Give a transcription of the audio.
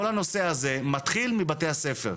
כל הנושא הזה מתחיל מבתי הספר.